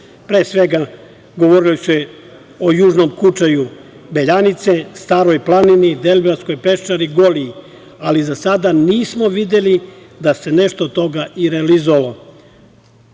Pre svega, govorilo se o Južnom Kučaju, Beljanice, Staroj planini, Deliblatskoj peščari i Goliji, ali za sada nismo videli da se nešto od toga realizovalo.